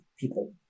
people